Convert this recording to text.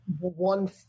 one